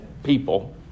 people